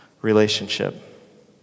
relationship